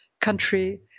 country